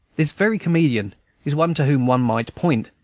this very comedian is one to whom one might point,